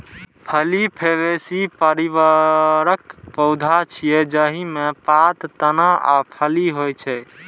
फली फैबेसी परिवारक पौधा छियै, जाहि मे पात, तना आ फली होइ छै